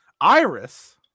Iris